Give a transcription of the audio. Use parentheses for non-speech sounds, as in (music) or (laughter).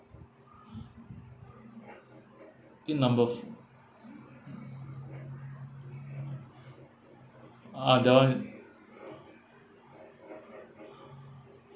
(breath) I think number f~ uh that one i~ (breath)